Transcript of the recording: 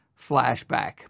flashback